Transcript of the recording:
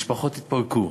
משפחות התפרקו,